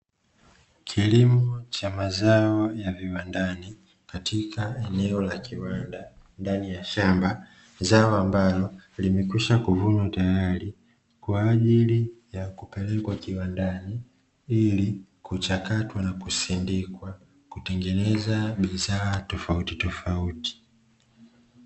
Kilimo cha mazao ya viwandani katika eneo la kiwanda ndani ya shamba, zao ambalo limeshakwisha kuvunwa tayari, kwa ajili ya kupelekwa kiwandani ili kuchakatwa na kusindikizwa kutengeneza bidhaa tofautitofauti.